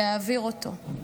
להעביר אותו.